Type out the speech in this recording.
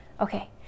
okay